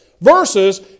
versus